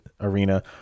arena